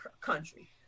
country